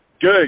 Good